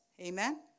Amen